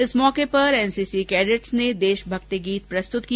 इस अवसर पर एनसीसी कैडेट्स ने देशभक्ति गीत प्रस्तुत किया